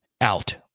out